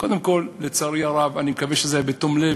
קודם כול, לצערי הרב, אני מקווה שזה היה בתום לב,